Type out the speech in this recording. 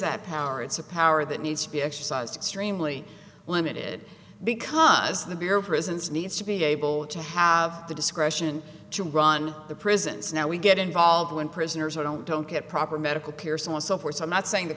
that power it's a power that needs to be exercised extremely limited because the bureau of prisons needs to be able to have the discretion to run the prisons now we get involved when prisoners who don't don't get proper medical care someone so forth i'm not saying the